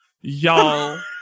Y'all